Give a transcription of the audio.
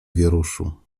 wieruszu